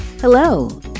Hello